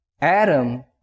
Adam